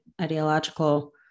ideological